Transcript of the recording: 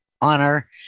honor